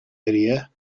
area